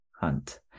Hunt